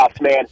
man